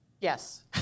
Yes